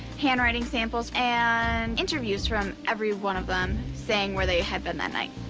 handwriting samples, and interviews from every one of them saying where they had been that night.